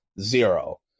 zero